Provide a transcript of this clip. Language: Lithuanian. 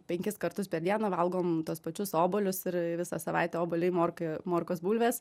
penkis kartus per dieną valgom tuos pačius obuolius ir visą savaitę obuoliai morka morkos bulvės